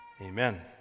Amen